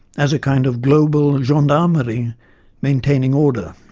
as a kind of global and gendarmerie maintaining order.